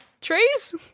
Trees